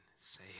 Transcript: say